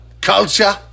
culture